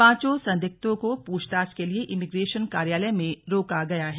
पांचो संदिग्धों को पूछताछ के लिए इमीग्रेशन कार्यालय में रोका गया है